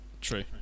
True